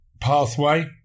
pathway